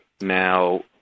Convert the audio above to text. Now